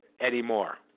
anymore